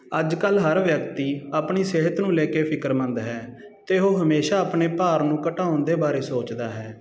ਅੱਜ ਕੱਲ੍ਹ ਹਰ ਵਿਅਕਤੀ ਆਪਣੀ ਸਿਹਤ ਨੂੰ ਲੈ ਕੇ ਫਿਕਰਮੰਦ ਹੈ ਅਤੇ ਉਹ ਹਮੇਸ਼ਾ ਆਪਣੇ ਭਾਰ ਨੂੰ ਘਟਾਉਣ ਦੇ ਬਾਰੇ ਸੋਚਦਾ ਹੈ